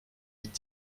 mille